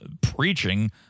preaching